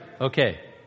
okay